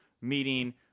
meeting